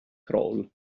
crawl